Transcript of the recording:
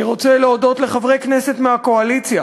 אני רוצה להודות לחברי כנסת מהקואליציה